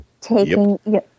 Taking